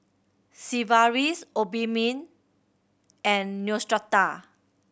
Sigvaris Obimin and Neostrata